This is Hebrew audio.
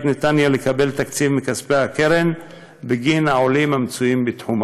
נתניה לקבל תקציב מכספי הקרן בגין העולים שבתחומה.